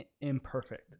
imperfect